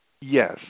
Yes